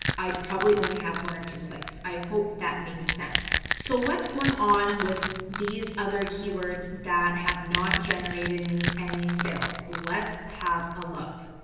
i probably only have one or two clicks. i hope that made sense. so what's going on with these other keywords that have not generated me any sales? let's have a look.